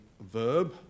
verb